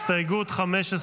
הסתייגות 15,